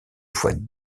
fois